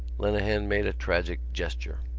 lenehan made a tragic gesture.